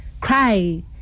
cry